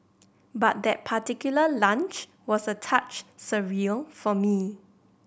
but that particular lunch was a touch surreal for me